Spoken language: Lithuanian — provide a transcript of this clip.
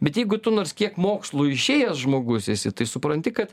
bet jeigu tu nors kiek mokslų išėjęs žmogus esi tai supranti kad